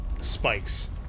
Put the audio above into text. spikes